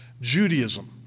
judaism